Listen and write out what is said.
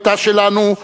היתה שלנו,